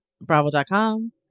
bravo.com